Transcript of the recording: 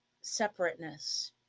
separateness